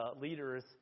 leaders